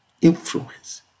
influence